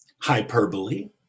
hyperbole